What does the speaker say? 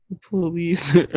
police